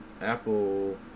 Apple